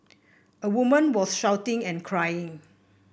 a woman was shouting and crying